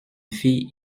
fille